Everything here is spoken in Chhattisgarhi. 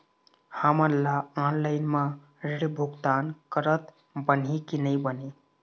हमन ला ऑनलाइन म ऋण भुगतान करत बनही की नई बने?